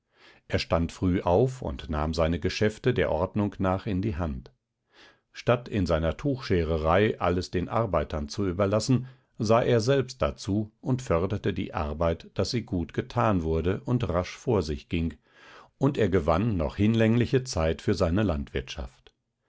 er stand früh auf und nahm seine geschäfte der ordnung nach an die hand statt in seiner tuchschererei alles den arbeitern zu überlassen sah er selbst dazu und förderte die arbeit daß sie gut getan wurde und rasch vor sich ging und er gewann noch hinlängliche zeit für seine landwirtschaft